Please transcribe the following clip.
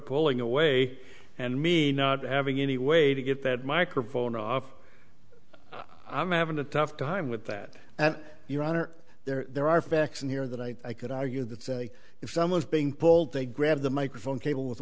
pulling away and me not having any way to get that microphone off i'm having a tough time with that and your honor there are facts in here that i could argue that say if someone is being polled they grabbed the microphone cable with